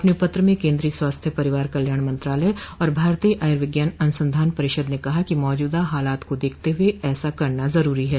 अपने पत्र में केन्द्रीय स्वास्थ्य परिवार कल्याण मंत्रालय और भारतीय आयुर्विज्ञान अनुसंधान परिषद ने कहा है कि मौजूदा हालात को देखते हुए ऐसा करना जरूरी है